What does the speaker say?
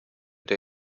der